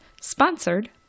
sponsored